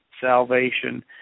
salvation